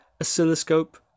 oscilloscope